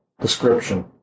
description